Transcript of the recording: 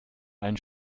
einen